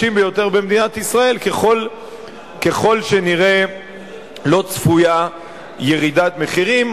במדינת ישראל, ככל הנראה לא צפויה ירידת מחירים.